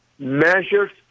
Measures